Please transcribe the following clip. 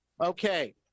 Okay